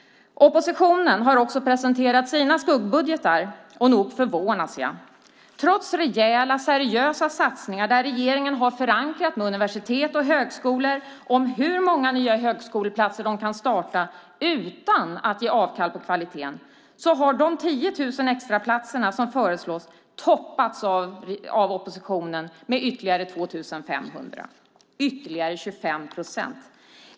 Oppositionen har också presenterat sina skuggbudgetar, och nog förvånas jag. Trots rejäla, seriösa satsningar där regeringen har förankrat med universitet och högskolor hur många nya högskoleplatser de kan starta utan att ge avkall på kvaliteten har de 10 000 extraplatserna som föreslås toppats av oppositionen med ytterligare 2 500 - ytterligare 25 procent!